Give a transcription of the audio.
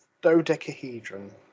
Dodecahedron